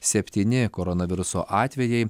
septyni koronaviruso atvejai